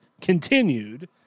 continued